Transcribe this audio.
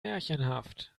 märchenhaft